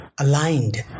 aligned